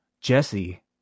Jesse